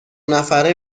نفره